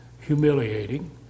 humiliating